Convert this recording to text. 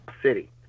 City